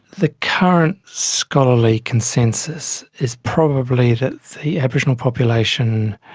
the current scholarly consensus is probably that the aboriginal population,